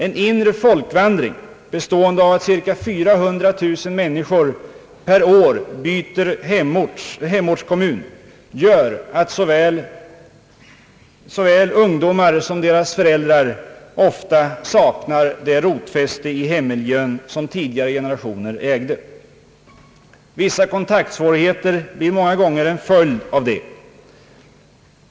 En inre folkvandring bestående av att cirka 400 000 människor per år byter hemortskommun gör att såväl ungdomar som deras föräldrar ofta saknar det rotfäste i hemmiljön som tidigare generationer ägde. Vissa kontaktsvårigheter blir många gånger en följd härav.